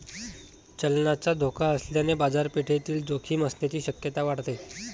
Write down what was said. चलनाचा धोका असल्याने बाजारपेठेतील जोखीम असण्याची शक्यता वाढते